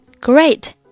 Great